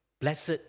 Blessed